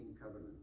covenant